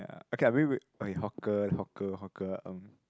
ya okay lah maybe wait okay hawker hawker hawker um